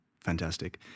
Fantastic